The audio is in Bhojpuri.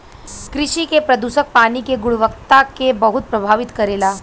कृषि के प्रदूषक पानी के गुणवत्ता के बहुत प्रभावित करेला